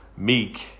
Meek